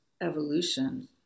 evolution